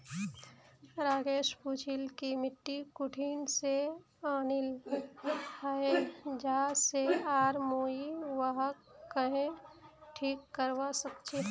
राकेश पूछिल् कि मिट्टी कुठिन से आनिल हैये जा से आर मुई वहाक् कँहे ठीक करवा सक छि